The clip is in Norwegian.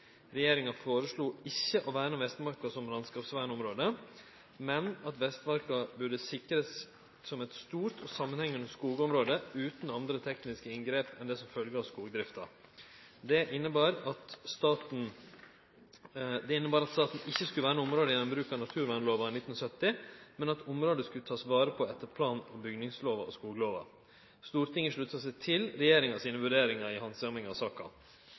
Regjeringa føreslo ikkje å verne Vestmarka som landskapsvernområde, men at Vestmarka burde sikrast som eit stort samanhengande skogområde utan andre tekniske inngrep enn det som følgjer av skogdrifta. Det innebar at staten ikkje skulle verne området gjennom bruk av naturvernlova av 1970, men at området skulle takast vare på etter plan- og bygningslova og skoglova. Stortinget slutta seg til regjeringa sine vurderingar i handsaminga av saka.